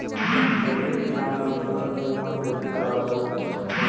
छोटे किसान मन फसल बीमा कइसे कराबो?